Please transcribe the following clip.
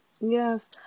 Yes